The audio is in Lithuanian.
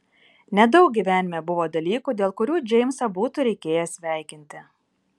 nedaug gyvenime buvo dalykų dėl kurių džeimsą būtų reikėję sveikinti